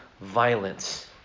violence